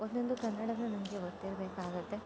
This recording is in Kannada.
ಒಂದೊಂದು ಕನ್ನಡವು ನಮಗೆ ಗೊತ್ತಿರಬೇಕಾಗುತ್ತೆ